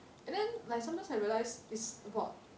and then like sometimes I realize it's about